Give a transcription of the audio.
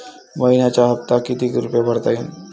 मइन्याचा हप्ता कितीक रुपये भरता येईल?